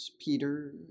Peter